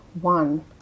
one